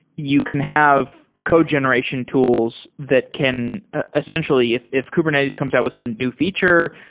you can have code generation tools that can essentially, if if kubernetes comes out with some new feature,